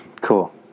Cool